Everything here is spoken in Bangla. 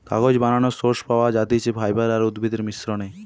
কাগজ বানানোর সোর্স পাওয়া যাতিছে ফাইবার আর উদ্ভিদের মিশ্রনে